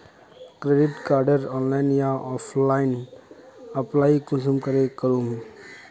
Credit कार्डेर online या offline apply कुंसम करे करूम?